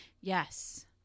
yes